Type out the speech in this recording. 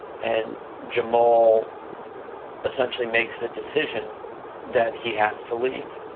and jamal essentially makes a decision that he has to leave.